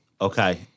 Okay